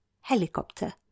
helicopter